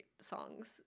songs